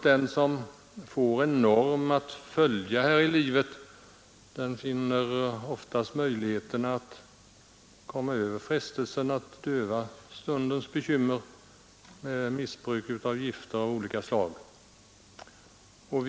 Den som får en norm att följa här i livet, finner oftast möjligheter att komma över frestelsen att döva stundens bekymmer med missbruk av olika slags gifter.